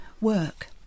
work